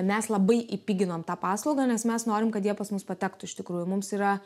mes labai įpiginom tą paslaugą nes mes norim kad jie pas mus patektų iš tikrųjų mums yra